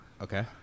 Okay